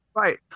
Right